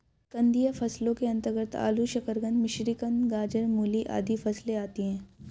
कंदीय फसलों के अंतर्गत आलू, शकरकंद, मिश्रीकंद, गाजर, मूली आदि फसलें आती हैं